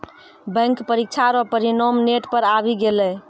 bank परीक्षा रो परिणाम नेट पर आवी गेलै